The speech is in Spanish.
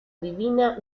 divina